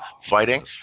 fighting